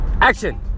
Action